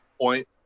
point